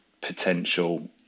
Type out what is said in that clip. potential